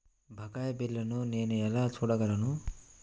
బకాయి బిల్లును నేను ఎలా చూడగలను?